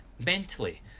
mentally